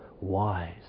wise